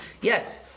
yes